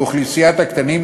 ואוכלוסיית הקטינים.